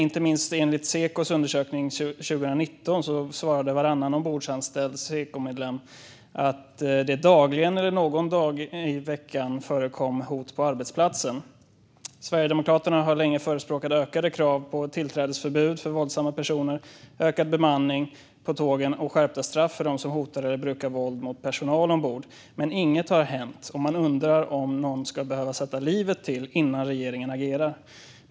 I Sekos undersökning 2019 svarade varannan ombordanställd Sekomedlem att det dagligen eller någon dag i veckan förekom hot på arbetsplatsen. Sverigedemokraterna har länge förespråkat tillträdesförbud för våldsamma personer, ökad bemanning på tågen och skärpta straff för dem som hotar eller brukar våld mot personal ombord. Inget har dock hänt, och man undrar om någon ska behöva sätta livet till innan regeringen agerar.